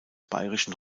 bayerischen